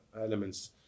elements